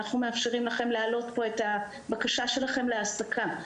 אנחנו מאפשרים להם להעלות פה את הבקשה שלהם להעסקה.